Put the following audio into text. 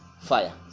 fire